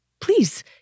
please